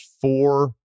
four